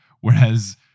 whereas